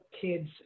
kids